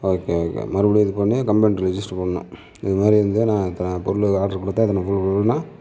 okay okay மறுபடி இது பண்ணி கம்ப்ளைன்ட் ரெஜிஸ்டர் பண்ணணும் இது மாதிரி வந்து நான் வந்து நான் பொருள் ஆட்ரு கொடுத்தேன் இதுஇது